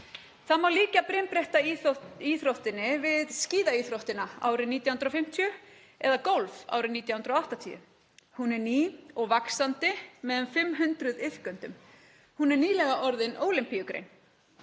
Það má líkja brimbrettaíþróttinni við skíðaíþróttina árið 1950 eða golf árið 1980. Hún er ný og vaxandi með um 500 iðkendum. Hún er nýlega orðin ólympíugrein.